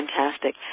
Fantastic